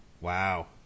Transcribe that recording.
Wow